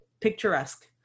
picturesque